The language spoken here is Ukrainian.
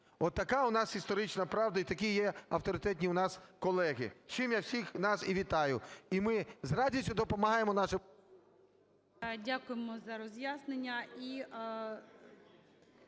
Отака у нас історична правда і такі є авторитетні у нас колеги, з чим я всі нас і вітаю. І ми з радістю допомагаємо нашим… ГОЛОВУЮЧИЙ. Дякуємо за роз'яснення.